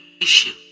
issue